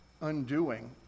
undoing